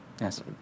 Yes